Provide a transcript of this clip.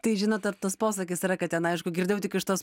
tai žinot dar tas posakis yra kad ten aišku girdėjau tik iš tos